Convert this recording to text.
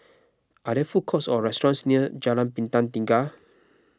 are there food courts or restaurants near Jalan Bintang Tiga